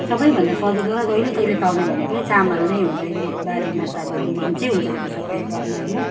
सबैभन्दा सजिलो र जहिलेतहिले पाउने भनेको चामल नै हो जहिले बाह्रैमास अब हुन्छै हुन्छ त्यो त सबै घरमा होइन